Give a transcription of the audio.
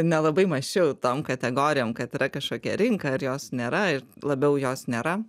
nelabai mąsčiau tom kategorijom kad yra kažkokia rinka ar jos nėra ir labiau jos nėra